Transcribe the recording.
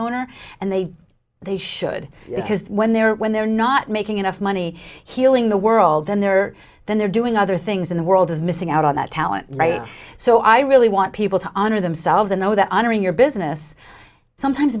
owner and they they should because when they're when they're not making enough money healing the world then they're then they're doing other things in the world is missing out on that talent right so i really want people to honor themselves and know that honoring your business sometimes